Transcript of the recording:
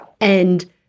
And-